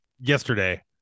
Yesterday